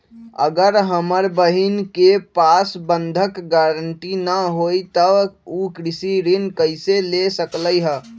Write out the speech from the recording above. अगर हमर बहिन के पास बंधक गरान्टी न हई त उ कृषि ऋण कईसे ले सकलई ह?